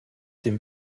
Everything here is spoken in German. dem